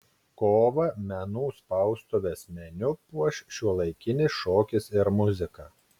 kovą menų spaustuvės meniu puoš šiuolaikinis šokis ir muzika